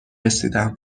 رسیدم